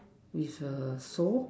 is a four